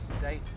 date